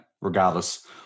regardless